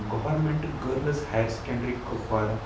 government girls higher secondary Kupwara